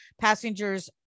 passengers